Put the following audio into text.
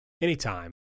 anytime